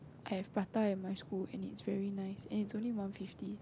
I have prata in my school and it's very nice and it's only one fifty